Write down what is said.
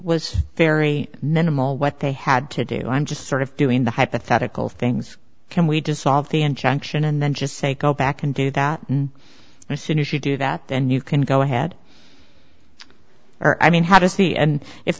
was very minimal what they had to do i'm just sort of doing the hypothetical things can we dissolve the injunction and then just say go back and do that and as soon as you do that then you can go ahead or i mean how does the and if